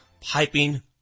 piping